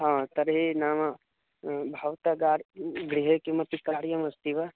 हा तर्हि नाम भवतः गार् गृहे किमपि कार्यमस्ति वा